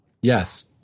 Yes